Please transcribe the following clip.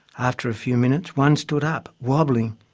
after a few minutes one stood up wobbling,